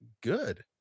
good